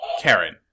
Karen